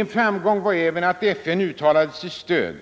En framgång var även att FN uttalade sitt stöd